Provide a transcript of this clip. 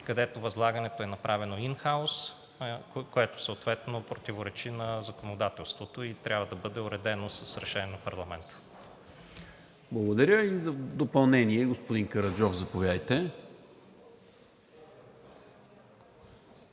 където възлагането е направено ин хаус, което съответно противоречи на законодателството и трябва да бъде уредено с решение на парламента. ПРЕДСЕДАТЕЛ НИКОЛА МИНЧЕВ: Благодаря. За допълнение, господин Караджов, заповядайте.